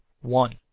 one